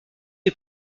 est